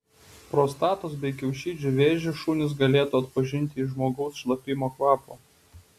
prostatos bei kiaušidžių vėžį šunys galėtų atpažinti iš žmogaus šlapimo kvapo